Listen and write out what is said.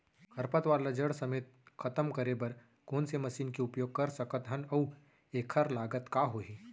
खरपतवार ला जड़ समेत खतम करे बर कोन से मशीन के उपयोग कर सकत हन अऊ एखर लागत का होही?